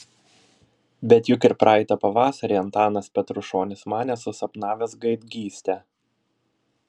bet juk ir praeitą pavasarį antanas petrušonis manė susapnavęs gaidgystę